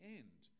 end